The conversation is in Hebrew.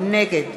נגד